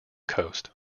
coast